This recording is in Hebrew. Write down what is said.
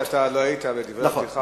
זה כי אתה לא היית בדברי הפתיחה.